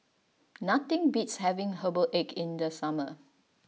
nothing beats having herbal egg in the summer